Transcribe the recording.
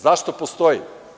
Zašto postoji?